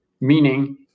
meaning